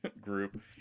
group